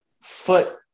foot